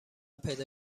پیدا